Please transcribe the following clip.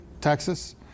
Texas